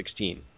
2016